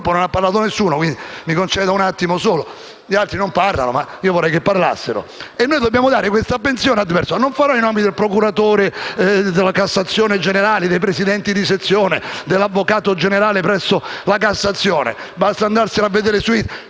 Non farò i nomi del procuratore della Cassazione generale, dei presidenti di sezione, dell'avvocato generale presso la Cassazione: basta andarli a vedere su